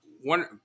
one